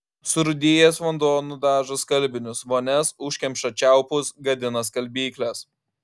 surūdijęs vanduo nudažo skalbinius vonias užkemša čiaupus gadina skalbykles